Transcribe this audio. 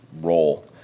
role